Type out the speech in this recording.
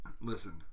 Listen